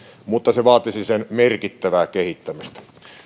mutta se vaatisi sen merkittävää kehittämistä